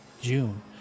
June